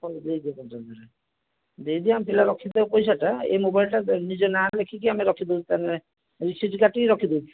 ହଉ ଦେଇଦିଅ ପାଞ୍ଚହଜାର ଦେଇଦିଅ ଆମ ପିଲା ରଖିଥିବ ପଇସାଟା ଏ ମୋବାଇଲ୍ଟା ନିଜ ନାଁରେ ଲେଖିକି ଆମେ ରଖିଦଉ ତାନେ ରିସିପ୍ଟ କାଟି ରଖିଦଉଛୁ